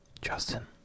Justin